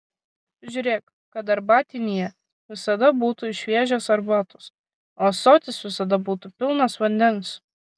žiūrėk kad arbatinyje visada būtų šviežios arbatos o ąsotis visada būtų pilnas vandens